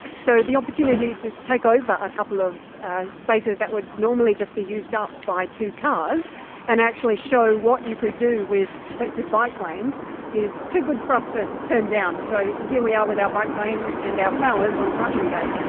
so the opportunity to take over a couple of spaces that would normally just be used up by two cars and actually show what you could do with protected bike lanes is too good for us to turn down. so here we are with our bike lane and our flowers on parking day.